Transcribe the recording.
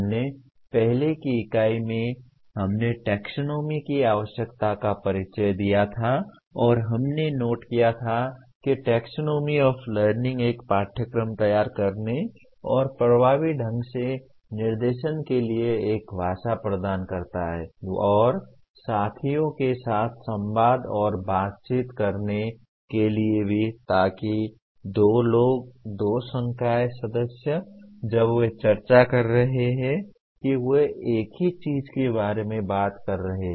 हमने पहले की इकाई में हमने टैक्सोनॉमी की आवश्यकता का परिचय दिया था और हमने नोट किया कि टैक्सोनॉमी ऑफ़ लर्निंग एक पाठ्यक्रम तैयार करने और प्रभावी ढंग से निर्देशन के लिए एक भाषा प्रदान करता है और साथियों के साथ संवाद और बातचीत करने के लिए भी ताकि दो लोग दो संकाय सदस्य जब वे चर्चा कर रहे हैं कि वे एक ही चीज के बारे में बात कर रहे हैं